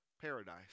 paradise